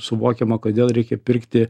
suvokiama kodėl reikia pirkti